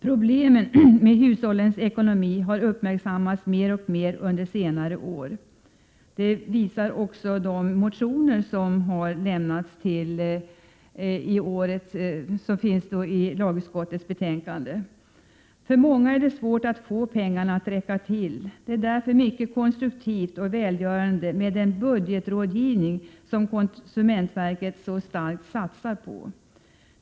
Problemen med hushållens ekonomi har uppmärksammats mer och mer under senare år. Detta visar också de motioner som behandlas i utskottets betänkande. För många är det svårt att få pengarna att räcka till. Den budgetrådgivning som konsumentverket så starkt satsat på är därför mycket konstruktiv och välgörande.